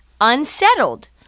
unsettled